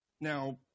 Now